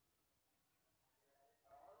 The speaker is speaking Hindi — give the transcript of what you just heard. ऋण आवेदन के लिए कम से कम आवश्यक दस्तावेज़ क्या हैं?